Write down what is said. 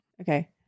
Okay